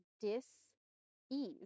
dis-ease